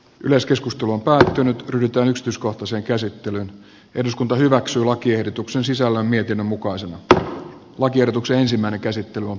yleiskeskustelu on päättynyt ryhtyä yksityiskohtaiseen käsittelyyn eduskunta hyväksyi lakiehdotuksen sisällä mietinnön mukaan se että lakiehdotuksen ensimmäinen käsittely on